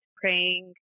praying